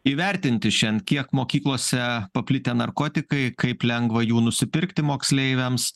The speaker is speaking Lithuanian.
įvertinti šian kiek mokyklose paplitę narkotikai kaip lengva jų nusipirkti moksleiviams